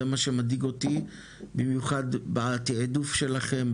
זה מה שמדאיג אותי במיוחד תיעדוף שלכם,